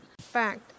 fact